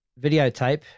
videotape